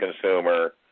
consumer